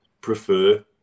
prefer